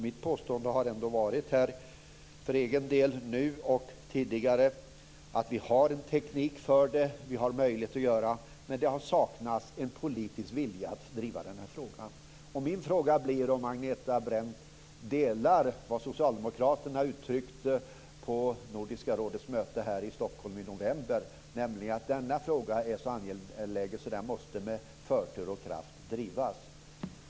Mitt påstående har varit, nu och tidigare, att vi har en teknik för det och att vi har möjlighet att göra det, men att det har saknats en politisk vilja att driva frågan. Min fråga är om Agneta Brendt delar den uppfattning som socialdemokraterna uttryckte på Nordiska rådets möte här i Stockholm i november, nämligen att denna fråga är så angelägen att den måste drivas med förtur och med kraft.